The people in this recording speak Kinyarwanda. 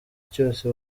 cyose